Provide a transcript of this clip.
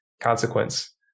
consequence